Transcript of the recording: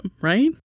right